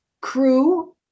crew